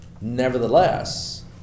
nevertheless